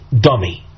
dummy